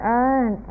earn